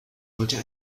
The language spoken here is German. wollte